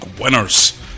winners